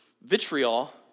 vitriol